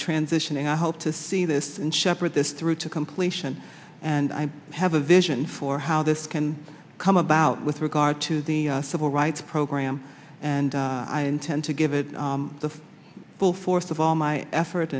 transitioning i hope to see this in shepherd this through to completion and i have a vision for how this can come about with regard to the civil rights program and i intend to give it the full force of all my effort